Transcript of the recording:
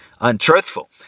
untruthful